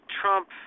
Trump